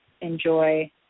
enjoy